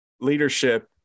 leadership